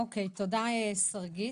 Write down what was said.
תודה רבה.